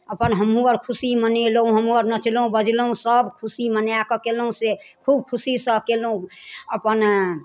अपन हमहूँ अर खुशी मनेलहुँ हमहूँ अर नचलहुँ बजलहुँ सब खुशी मनाके केलहुँ से खूब खुशीसँ केलहुँ अपन